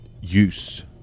use